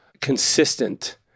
consistent